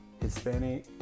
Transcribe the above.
Hispanic